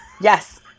Yes